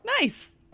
Nice